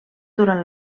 durant